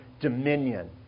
dominion